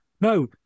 no